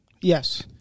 Yes